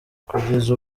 kugeza